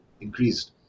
increased